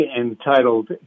entitled